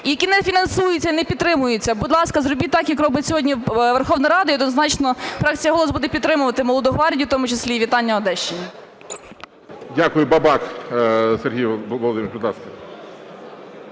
які не фінансуються і не підтримуються, будь ласка, зробіть так, як робить сьогодні Верховна Рада. І однозначно, фракція "Голос" буде підтримувати "Молоду гвардію" в тому числі. І вітання Одещині. ГОЛОВУЮЧИЙ. Дякую. Бабак Сергій Володимирович, будь ласка.